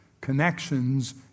connections